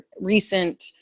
recent